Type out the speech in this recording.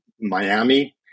Miami